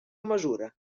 mesura